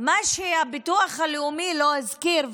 מה שהביטוח הלאומי לא הזכיר,